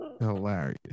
Hilarious